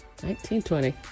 1920